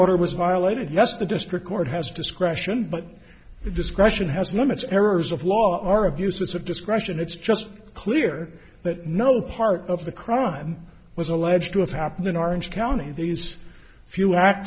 order was violated yes the district court has discretion but if discretion has limits errors of law or abuse of discretion it's just clear that no part of the crime is alleged to have happened in orange county these few act